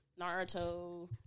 Naruto